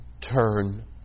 turn